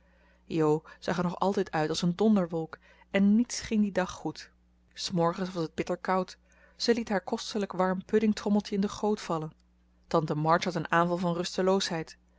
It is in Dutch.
zag er nog altijd uit als een donderwolk en niets ging dien dag goed s morgens was het bitter koud ze liet haar kostelijk warm puddingtrommeltje in de goot vallen tante march had een aanval van rusteloosheid